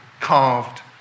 carved